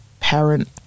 Parent